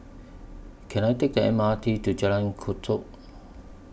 Can I Take The M R T to Jalan Kechot